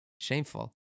shameful